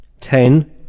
ten